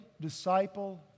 disciple